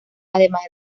además